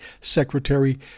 Secretary